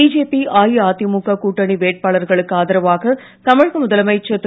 BJP AIADMK கூட்டணி வேட்பாளர்களுக்கு ஆதரவாக தமிழக முதலமைச்சர் திரு